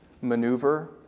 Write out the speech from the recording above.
maneuver